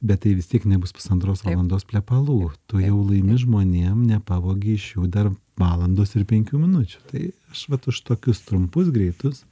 bet tai vis tiek nebus pusantros valandos plepalų tu jau laimi žmonėm nepavogi iš jų dar valandos ir penkių minučių tai aš vat už tokius trumpus greitus